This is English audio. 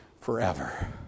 forever